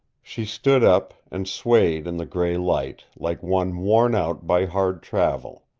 she stood up, and swayed in the gray light, like one worn out by hard travel.